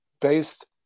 based